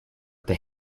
the